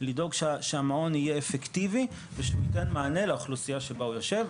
לדאוג שהמעון יהיה אפקטיבי ושהוא ייתן מענה לאוכלוסייה שהוא יושב,